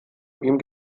ihm